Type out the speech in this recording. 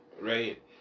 right